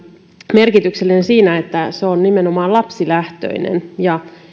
merkityksellinen siinä että se on nimenomaan lapsilähtöinen ja